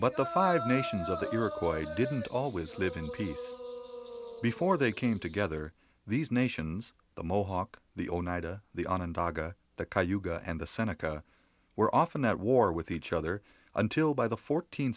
but the five nations of the iroquois didn't always live in peace before they came together these nations the mohawk the oneida the onondaga the chi hugo and the seneca were often at war with each other until by the fourteenth